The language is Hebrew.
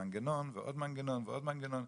מנגנון ועוד מנגנון ועוד מנגנון.